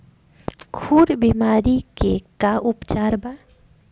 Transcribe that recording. खुर बीमारी के का उपचार बा?